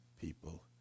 people